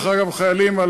אגב חיילים,